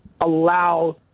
allow